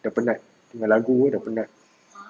dah penat dengar lagu dah penat